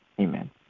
Amen